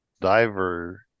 Diver